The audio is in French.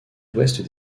ouest